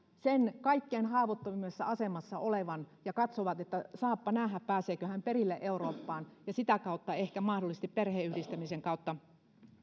sen kaikkein haavoittuvimmassa asemassa olevan ja katsovat että saapa nähdä pääseekö hän perille eurooppaan ja sitä kautta ehkä mahdollisesti perheenyhdistämisen kautta